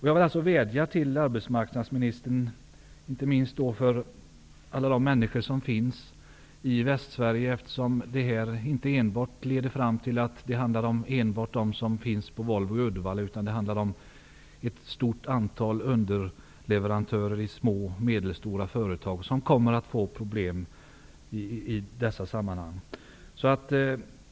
Jag vill rikta en vädjan till arbetsmarknadsministern, inte minst för alla de människor som finns i Västsverige. Detta handlar inte enbart om dem som arbetar på Volvo i Uddevalla, utan det berör ett stort antal underleverantörer som driver sin verksamhet i små och medelstora företag, och de kommer att få problem i detta sammanhang.